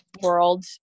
world